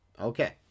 okay